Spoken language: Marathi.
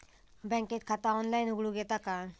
बँकेत खाता ऑनलाइन उघडूक येता काय?